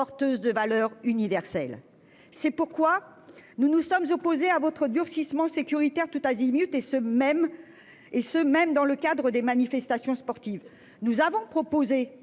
porteuse de valeurs universelles. C'est pourquoi nous nous sommes opposés à votre durcissement sécuritaire tout azimut et ce même. Et ce même dans le cadre des manifestations sportives. Nous avons proposé